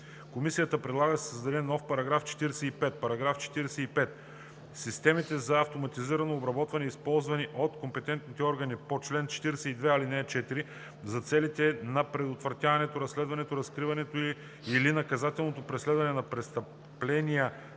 Комисията предлага да се създаде нов § 45: „§ 45. Системите за автоматизирано обработване, използвани от компетентните органи по чл. 42, ал. 4 за целите на предотвратяването, разследването, разкриването или наказателното преследване на престъпления